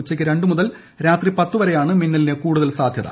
ഉച്ചക്ക് രണ്ട് മുതൽ രാത്രി പത്ത് വരെയാണ് മിന്ന്ല്ലീന് കൂടുതൽ സാധ്യത